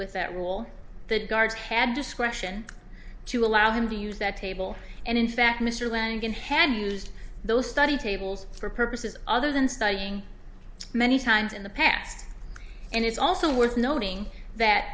with that rule the guards had discretion to allow him to use that table and in fact mr linden had used those study tables for purposes other than studying many times in the past and it's also worth noting that